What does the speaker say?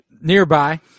nearby